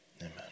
amen